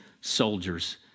soldiers